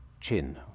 Chin